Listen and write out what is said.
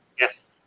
Yes